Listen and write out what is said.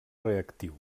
reactiu